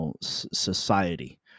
society